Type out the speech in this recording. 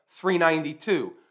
392